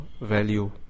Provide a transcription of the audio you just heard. value